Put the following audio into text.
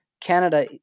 Canada